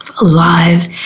alive